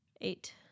Eight